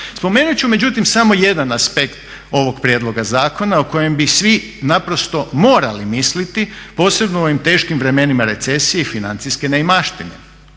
Spomenut ću samo jedan aspekt ovog prijedlog zakona o kojem bi svi naprosto morali misliti, posebno u ovim teškim vremenima recesije i neimaštine